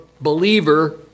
believer